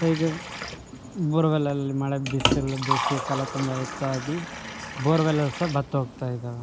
so ಈಗ ಬೋರ್ವೆಲಲ್ಲಿ ಮಳೆ ಬಿಸಿಲು ಬೇಸಿಗೆಕಾಲ ತುಂಬ ಹೆಚ್ಚಾಗಿ ಬೋರ್ವೆಲ್ ಸಹ ಬತ್ತೋಗ್ತಾಯಿದಾವೆ